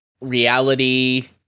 reality